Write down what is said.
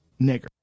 nigger